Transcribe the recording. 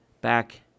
back